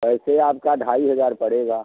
पैसे आपका ढाई हज़ार पड़ेगा